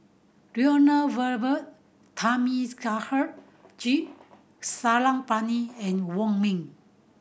Lloyd Valberg Thamizhavel G Sarangapani and Wong Ming